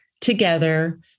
together